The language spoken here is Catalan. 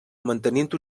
mantenint